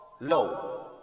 low